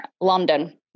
London